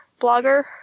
blogger